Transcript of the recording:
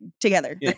together